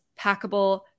packable